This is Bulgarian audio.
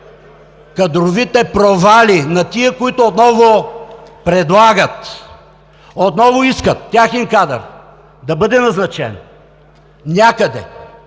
кадровите провали на тези, които отново предлагат, отново искат техен кадър да бъде назначен някъде.